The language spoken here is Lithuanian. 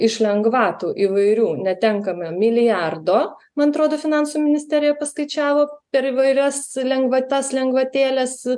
iš lengvatų įvairių netenkame milijardo man atrodo finansų ministerija paskaičiavo per įvairias lengvatas lengvatėlės